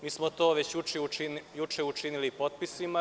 Mi smo to već juče učinili potpisima.